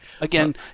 Again